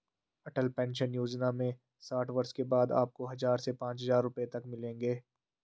अटल pension Yojana में साठ वर्ष के बाद आपको हज़ार से पांच हज़ार रुपए तक मिलेंगे